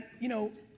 you know,